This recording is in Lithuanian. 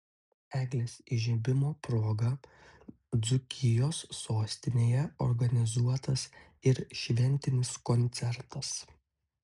eglės įžiebimo proga dzūkijos sostinėje organizuotas ir šventinis koncertas